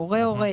הורה הורה,